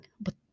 but